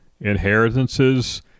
inheritances